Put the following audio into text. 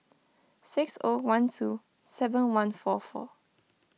six O one two seven one four four